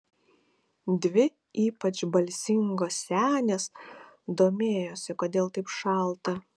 dvi ypač balsingos senės domėjosi kodėl taip šalta